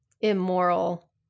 immoral